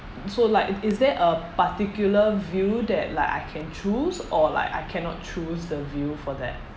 so like is there a particular view that like I can choose or like I cannot choose the view for that